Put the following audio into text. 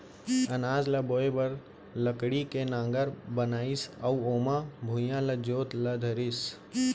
अनाज ल बोए बर लकड़ी के नांगर बनाइस अउ ओमा भुइयॉं ल जोते ल धरिस